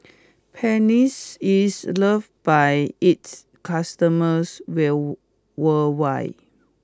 Pansy is loved by its customers well worldwide